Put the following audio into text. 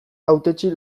hautetsi